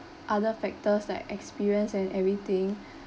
other factors like experience and everything